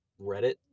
reddit